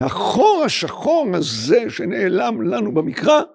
החור השחור הזה שנעלם לנו במקרא